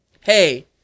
hey